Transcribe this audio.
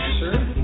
sure